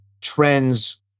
trends